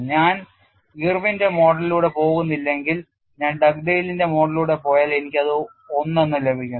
ഞാൻ ഇർവിന്റെ മോഡലിലൂടെ പോകുന്നില്ലെങ്കിൽ ഞാൻ ഡഗ്ഡെയ്ലിൻറെ മോഡലിലൂടെ പോയാൽ എനിക്ക് ഇത് ഒന്നെന്നു ലഭിക്കുന്നു